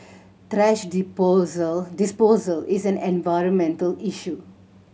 thrash disposal is an environmental issue